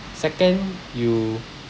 second you